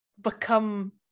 become